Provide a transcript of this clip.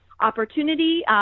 opportunity